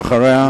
ואחריה,